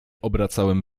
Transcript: obracałem